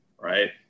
right